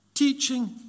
Teaching